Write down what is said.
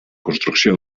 construcció